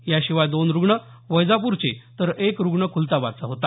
याशिवाय दोन रुग्ण वैजापूरचे तर एक रुग्ण खुलताबादचा होता